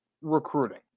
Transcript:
recruiting